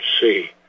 see